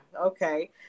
okay